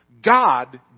God